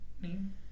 name